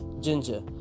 ginger